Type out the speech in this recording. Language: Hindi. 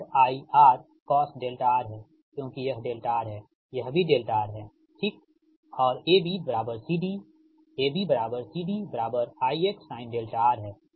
R cosδR है क्योंकि यह δR है यह भी δR हैठीक है और AB CD AB CD IX sinδR है